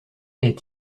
est